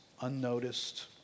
unnoticed